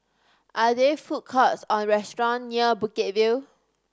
are there food courts or restaurants near Bukit View